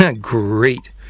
Great